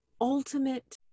ultimate